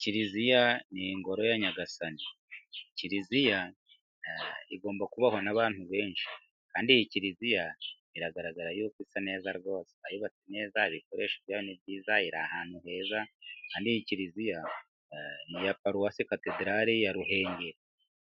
Kiriziya ni ingoro ya nyagasani. Kiriziya igomba kubahwa n'abantu benshi. Kandi iyi kiriziya iragaragara yuko isa neza rwose. Bayubatse neza hari ibikoresho byayo ni byiza, iri ahantu heza, kandi iyi kiriziya ni iya paruwasi katedarari ya Ruhengeri.